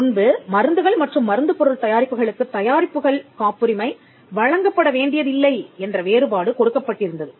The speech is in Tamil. முன்பு மருந்துகள் மற்றும் மருந்துப் பொருள் தயாரிப்புகளுக்குத் தயாரிப்புகள் காப்புரிமை வழங்கப்பட வேண்டியதில்லை என்ற வேறுபாடு கொடுக்கப்பட்டிருந்தது